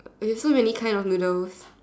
you have so many kinds of noodles